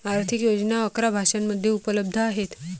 आर्थिक योजना अकरा भाषांमध्ये उपलब्ध आहेत